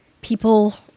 people